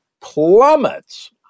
plummets